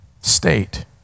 state